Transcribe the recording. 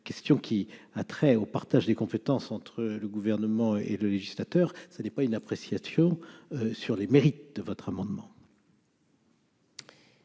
question a trait au partage des compétences entre le Gouvernement et le législateur : il ne s'agit en aucun cas d'une appréciation sur les mérites de votre amendement.